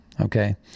Okay